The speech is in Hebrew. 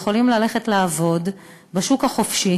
יכולים ללכת לעבוד בשוק החופשי